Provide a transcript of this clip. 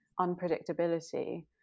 unpredictability